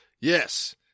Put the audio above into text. Yes